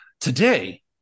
today